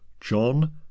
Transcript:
john